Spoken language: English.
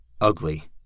Ugly